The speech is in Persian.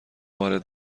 وارد